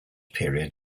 period